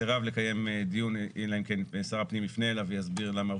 סירב לקיים דיון אלא אם כן שר הפנים יפנה אליו ויסביר למה הוא